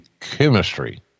chemistry